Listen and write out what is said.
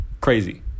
crazy